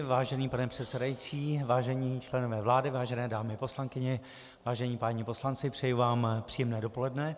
Vážený pane předsedající, vážení členové vlády, vážené dámy poslankyně, vážení páni poslanci, přeji vám příjemné dopoledne.